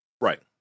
Right